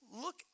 Look